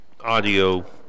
audio